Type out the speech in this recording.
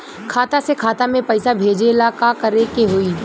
खाता से खाता मे पैसा भेजे ला का करे के होई?